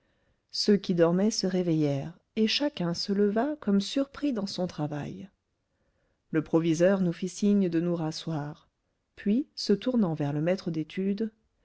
ceux qui dormaient se réveillèrent et chacun se leva comme surpris dans son travail le proviseur nous fit signe de nous rasseoir puis se tournant vers le maître d'études